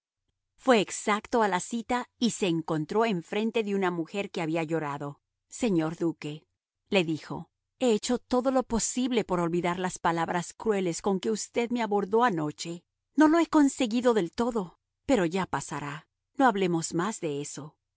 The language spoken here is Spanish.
fue exacto a la cita y se encontró enfrente de una mujer que había llorado señor duque le dijo he hecho todo lo posible por olvidar las palabras crueles con que usted me abordó anoche no lo he conseguido del todo pero ya pasará no hablemos más de eso